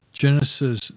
Genesis